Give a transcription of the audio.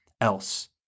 else